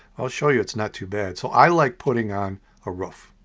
i'll show you it's not too bad. so i like putting on a roof.